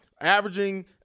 Averaging